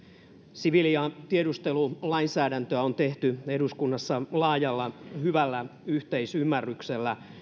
siviili ja tiedustelulainsäädäntöä on tehty eduskunnassa laajalla hyvällä yhteisymmärryksellä